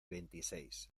veintiséis